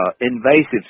invasive